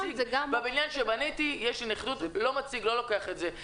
בבניין שבניתי יש --- לא מציג, לא לוקח את זה.